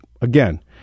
again